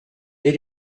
they